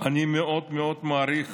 אני מאוד מאוד מעריך